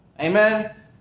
Amen